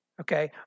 Okay